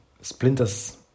Splinter's